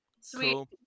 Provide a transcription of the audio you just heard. Sweet